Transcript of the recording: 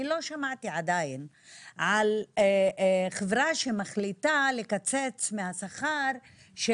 אני לא שמעתי על חברה שמחליטה לקצץ מהשכר של